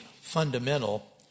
fundamental